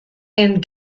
and